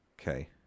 Okay